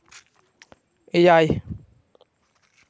ᱮᱭᱟᱭ